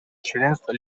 членство